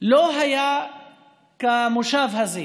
ולא היה כמושב הזה.